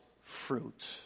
fruit